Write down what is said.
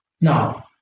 Now